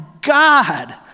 God